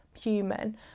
human